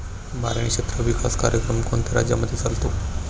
बारानी क्षेत्र विकास कार्यक्रम कोणत्या राज्यांमध्ये चालतो?